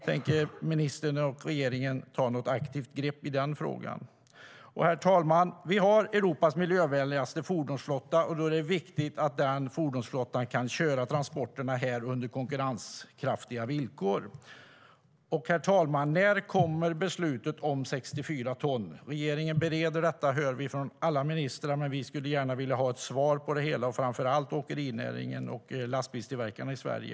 Tänker ministern och regeringen ta något aktivt grepp i den frågan? Herr talman! När kommer beslutet om 64 ton? Regeringen bereder frågan, hör vi från alla ministrar. Men vi skulle gärna vilja ha ett svar - framför allt åkerinäringen och lastbilstillverkarna i Sverige.